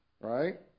right